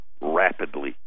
rapidly